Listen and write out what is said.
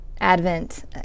Advent